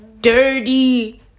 dirty